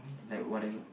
like whatever